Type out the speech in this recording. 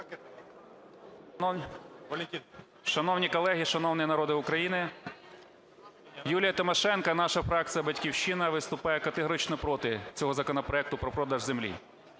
Шановні колеги, шановний народе України, Юлія Тимошенко і наша фракція "Батьківщина" виступає категорично проти цього законопроекту про продаж землі.